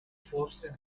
forse